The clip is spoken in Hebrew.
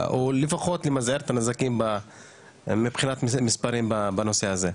או פחות למזער את הנזקים מבחינת מספרים בנושא הזה.